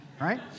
right